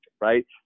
Right